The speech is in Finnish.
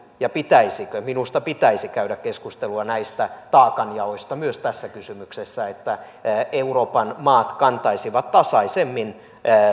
ja pitäisikö minusta pitäisi käydä keskustelua näistä taakanjaoista myös tässä kysymyksessä jotta euroopan maat kantaisivat tasaisemmin